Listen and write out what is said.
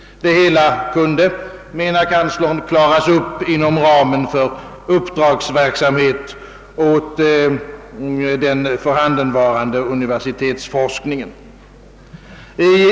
Det hela kunde, menade kanslern, klaras upp inom ramen för uppdragsverksamhet åt den förhandenvarande universitetsforskningen.